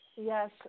Yes